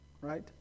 right